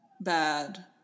bad